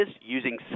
using